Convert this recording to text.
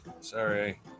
sorry